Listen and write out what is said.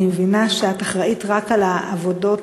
אני מבינה שאת אחראית רק לעבודות